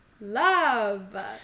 love